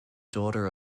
daughter